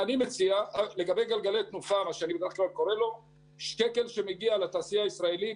לגבי גלגלי תנופה כל שקל שמגיע לתעשייה הישראלית,